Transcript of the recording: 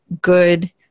good